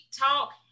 talk